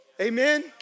Amen